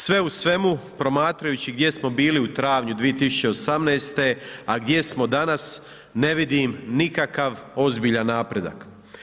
Sve u svemu, promatrajući gdje smo bili u travnju 2018. a gdje smo danas, ne vidim nikakav ozbiljan napredak.